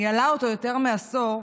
וניהלה אותו יותר מעשור,